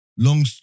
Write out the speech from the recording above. Long